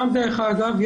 דרך אגב,